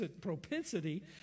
propensity